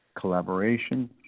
collaboration